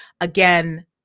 again